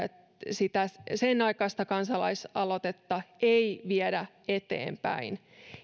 sitä senaikaista kansalaisaloitetta ei viedä eteenpäin